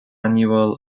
annual